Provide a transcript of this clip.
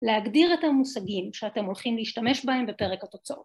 ‫להגדיר את המושגים שאתם הולכים ‫להשתמש בהם בפרק התוצאות.